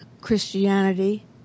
Christianity